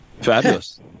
Fabulous